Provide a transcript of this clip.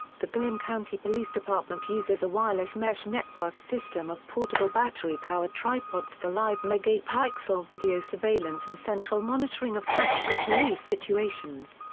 the glynn county police department uses a wireless mesh-networked system of portable battery-powered tripods for live megapixel video surveillance and central monitoring of tactical police situations.